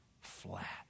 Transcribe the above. flat